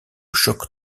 choc